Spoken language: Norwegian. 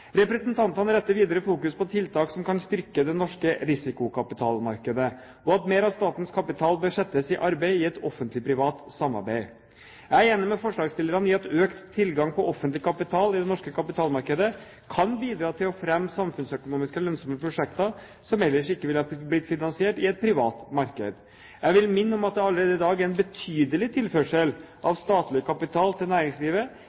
Representantene retter videre fokus på tiltak som kan styrke det norske risikokapitalmarkedet, og at mer av statens kapital bør settes i arbeid i et Offentlig Privat Samarbeid. Jeg er enig med forslagsstillerne i at økt tilgang på offentlig kapital i det norske kapitalmarkedet kan bidra til å fremme samfunnsøkonomisk lønnsomme prosjekter som ellers ikke ville blitt finansiert i et privat marked. Jeg vil minne om at det allerede i dag er en betydelig tilførsel av statlig kapital til næringslivet